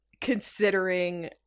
considering